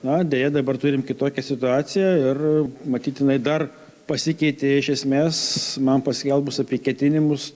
na deja dabar turime kitokią situaciją ir matyt jinai dar pasikeitė iš esmės man paskelbus apie ketinimus